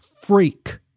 freak